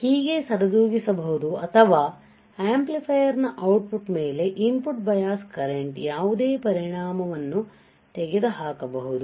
ಹೀಗೆ ಸರಿದೂಗಿಸಬಹುದು ಅಥವಾ ಆಂಪ್ಲಿಫೈಯರ್ ನ ಔಟ್ ಪುಟ್ ಮೇಲೆ ಇನ್ ಪುಟ್ ಬಯಾಸ್ ಕರೆಂಟ್ ಯಾವುದೇ ಪರಿಣಾಮವನ್ನು ತೆಗೆದುಹಾಕಬಹುದು